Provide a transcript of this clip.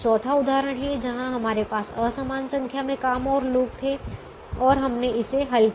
चौथा उदाहरण है जहां हमारे पास असमान संख्या में काम और लोग थे और हमने इसे हल किया